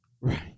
Right